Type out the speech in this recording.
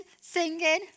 singing